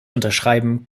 unterschreiben